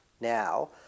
now